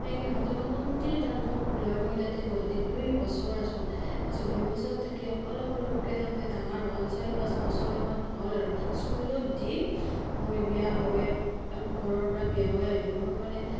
সেনেকৈ মোটামুটি কনটিনিও তাহাঁতক লৈ মই তাতে গুৱাহাটীত দুই বছৰ আছোঁ তাৰ পাছত দুই বছৰ থাকি অলপ অলপকৈ তাহাঁতে ডাঙৰ হ'ল চাৰি পাঁচ বছৰমান হ'ল আৰু স্কুলত দি মই বিয়া হৈ ঘৰৰ পৰা বিয়া হৈ আহিলো মই মানে